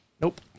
Nope